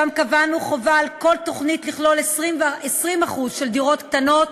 ושם קבענו חובה בכל תוכנית לכלול 20% של דירות קטנות